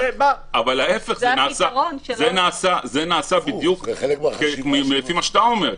זה נעשה בדיוק לפי מה שאתה אומר,